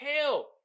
hell